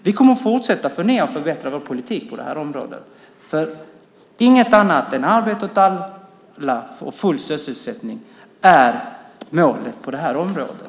Vi kommer att fortsätta att förnya och förbättra vår politik på området. Inget annat än arbete åt alla och full sysselsättning är målet på området.